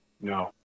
no